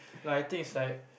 no I think is like